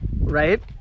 right